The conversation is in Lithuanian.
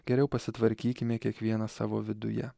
geriau pasitvarkykime kiekvienas savo viduje